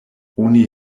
oni